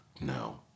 No